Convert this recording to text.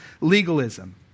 legalism